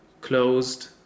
closed